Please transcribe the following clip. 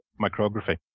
micrography